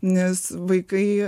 nes vaikai